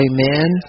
Amen